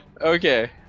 Okay